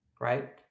Right